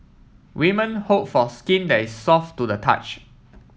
women hope for skin that is soft to the touch